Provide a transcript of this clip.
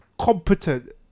competent